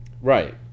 right